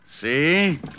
See